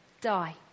die